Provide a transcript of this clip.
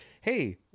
hey